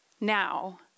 now